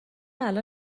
الان